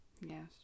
Yes